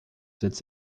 sitz